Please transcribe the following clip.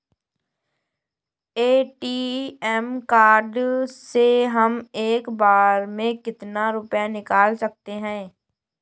ATM card से हम एक बार में कितना रुपया निकाल सकते हैं?